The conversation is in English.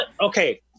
Okay